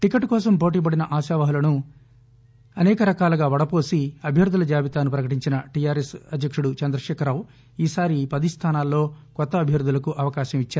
ticket కోసం పోటీపడిన ఆశావాహులను అనేకరకాలుగా వడపోసి అభ్యర్థుల జాబితాను పకటించిన టీఆర్ఎస్ అధ్యక్షుడు చంద్రశేఖర్రావు ఈ సారి పది స్థానాల్లో కొత్త అభ్యర్థులకు అవకాశం ఇచ్చారు